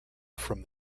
from